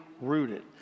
rooted